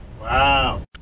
Wow